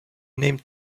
named